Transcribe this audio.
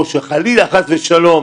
או שחלילה חס ושלום,